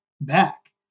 back